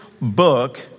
book